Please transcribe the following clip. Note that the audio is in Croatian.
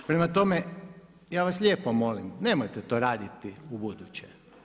Prema tome, ja vas lijepo molim nemojte to raditi ubuduće.